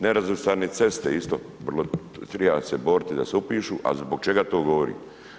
Nerazvrstane ceste isto, vrlo, treba se boriti da se upišu, a zbog čega to govorim?